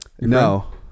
no